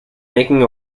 making